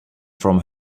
from